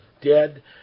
dead